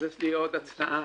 יש לי עוד הצעה.